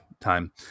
time